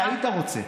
אתה היית רוצה.